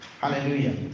Hallelujah